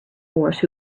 horse